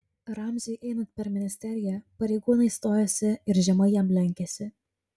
ramziui einant per ministeriją pareigūnai stojosi ir žemai jam lenkėsi